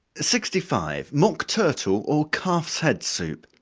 sixty five. mock turtle, or calf's head soup.